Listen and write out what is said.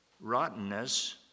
rottenness